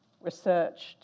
researched